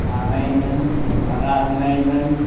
हानाय होन मारा होनाय होन